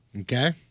Okay